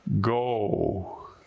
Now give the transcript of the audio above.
go